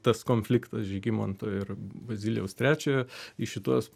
tas konfliktas žygimanto ir bazilijaus trečiojo į šituos